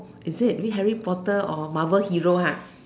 is it Harry-Potter or Marvel hero !huh!